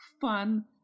fun